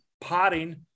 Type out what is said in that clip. potting